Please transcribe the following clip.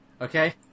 Okay